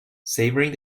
savouring